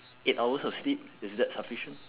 eight hours of sleep is that sufficient